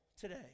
today